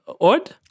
Odd